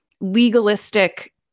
legalistic